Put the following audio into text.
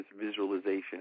visualization